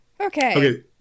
Okay